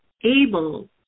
able